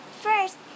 first